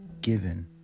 Given